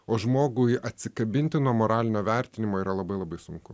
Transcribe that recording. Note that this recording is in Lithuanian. o žmogui atsikabinti nuo moralinio vertinimo yra labai labai sunku